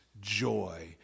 joy